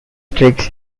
tricks